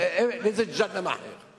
או לאיזה "ג'הנם" אחר?